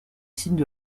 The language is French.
signes